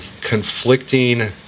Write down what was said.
conflicting